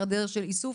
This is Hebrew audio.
היעדר של איסוף,